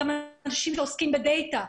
צריך גם אנשים שעוסקים בדאטה.